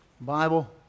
Bible